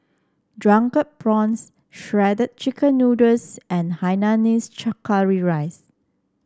Drunken Prawns Shredded Chicken Noodles and Hainanese chaw Curry Rice